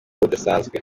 budasanzwe